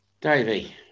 Davey